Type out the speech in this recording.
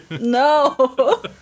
No